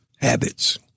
habits